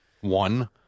One